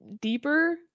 deeper